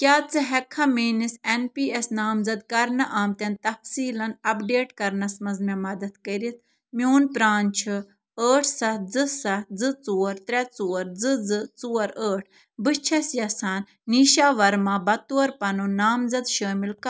کیٛاہ ژٕ ہٮ۪ککھا میٛٲنِس اٮ۪ن پی اٮ۪س نامزد کرنہٕ آمتٮ۪ن تفصیٖلَن اَپڈیٹ کَرنَس منٛز مےٚ مدتھ کٔرِتھ میون پرٛان چھُ ٲٹھ سَتھ زٕ سَتھ زٕ ژور ترٛےٚ ژور زٕ زٕ ژور ٲٹھ بہٕ چھَس یژھان نیٖشا ورما بطور پنُن نامزَد شٲمل